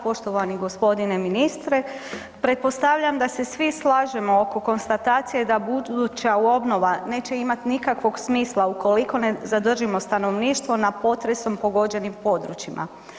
Poštovani gospodine ministre, pretpostavljam da se svi slažemo oko konstatacije da buduća obnova neće imati nikakvog smisla ukoliko ne zadržimo stanovništvo na potresom pogođenim područjima.